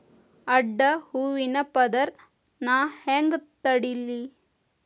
ಅಡ್ಡ ಹೂವಿನ ಪದರ್ ನಾ ಹೆಂಗ್ ತಡಿಲಿ?